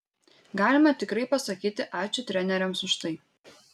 galima tikrai pasakyti ačiū treneriams už tai